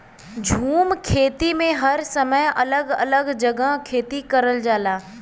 झूम खेती में हर समय अलग अलग जगह खेती करल जाला